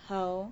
how